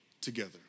together